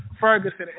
Ferguson